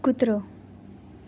કૂતરો